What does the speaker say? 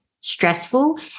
stressful